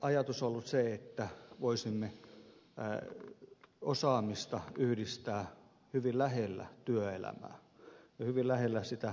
ajatus on ollut se että voisimme osaamista yhdistää hyvin lähellä työelämää ja hyvin lähellä sitä todellista työnteon paikkaa